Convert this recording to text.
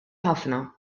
ħafna